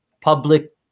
public